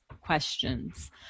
questions